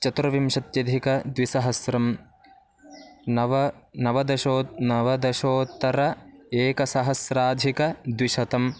चतुर्विंशत्यधिकद्विसहस्रं नव नवदश नवदशोत्तर एकसहस्राधिकद्विशतम्